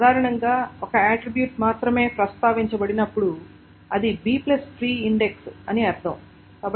సాధారణంగా ఒక ఆట్రిబ్యూట్ మాత్రమే ప్రస్తావించబడినప్పుడు అది Bట్రీ ఇండెక్స్ అని అర్థం